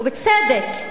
ובצדק,